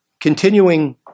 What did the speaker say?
continuing